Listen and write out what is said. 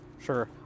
Sure